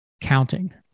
counting